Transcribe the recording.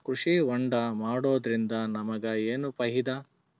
ಕೃಷಿ ಹೋಂಡಾ ಮಾಡೋದ್ರಿಂದ ನಮಗ ಏನ್ ಫಾಯಿದಾ?